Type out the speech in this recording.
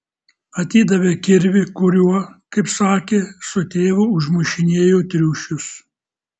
atidavė kirvį kuriuo kaip sakė su tėvu užmušinėjo triušius